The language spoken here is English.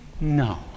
No